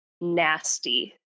nasty